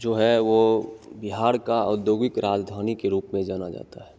जो है वह बिहार का औद्योगिक राजधानी के रूप में जाना जाता है